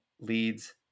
leads